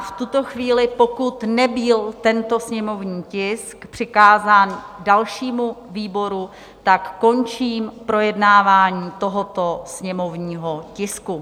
V tuto chvíli, pokud nebyl tento sněmovní tisk přikázán dalšímu výboru, končím projednávání tohoto sněmovního tisku.